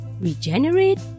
regenerate